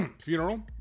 funeral